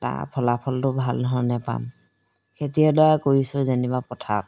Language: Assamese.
তাৰ ফলাফলটো ভাল ধৰণে পাম কৰিছোঁ যেনিবা পথাৰত